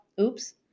Oops